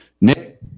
Nick